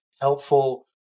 helpful